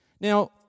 Now